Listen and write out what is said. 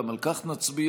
גם על כך נצביע.